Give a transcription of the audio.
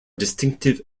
distinctive